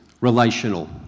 relational